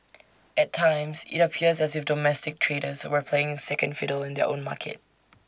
at times IT appears as if domestic traders were playing second fiddle in their own market